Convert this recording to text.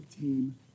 team